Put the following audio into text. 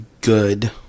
good